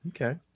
Okay